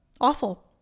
Awful